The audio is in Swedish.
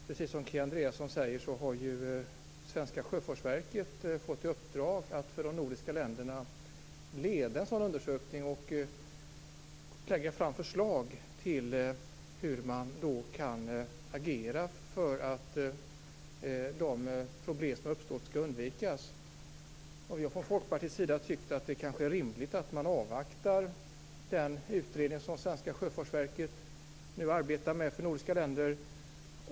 Precis som Kia Andreasson säger har svenska Sjöfartsverket fått i uppdrag att för de nordiska länderna leda en sådan undersökning och lägga fram förslag till hur man kan agera för att de problem som har uppstått skall undvikas. Vi har från Folkpartiets sida tyckt att det är rimligt att man avvaktar den utredning som svenska Sjöfartsverket nu arbetar med för nordiska länder.